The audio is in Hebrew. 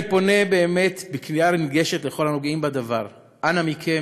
אני פונה באמת בקריאה נרגשת לכל הנוגעים בדבר: אנא מכם,